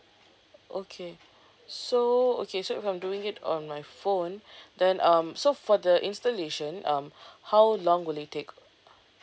okay so okay so if I'm doing it on my phone then um so for the installation um how long will it take